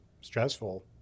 stressful